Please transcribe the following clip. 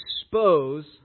expose